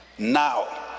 Now